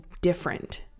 different